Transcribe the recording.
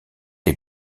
les